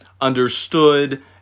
understood